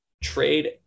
trade